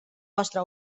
vostre